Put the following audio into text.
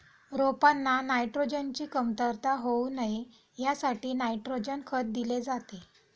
रोपांना नायट्रोजनची कमतरता होऊ नये यासाठी नायट्रोजन खत दिले जाते